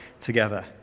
together